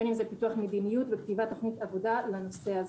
בין אם זה פיתוח מדיניות וכתיבת תוכנית עבודה לנושא הזה.